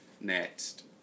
Next